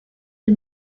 des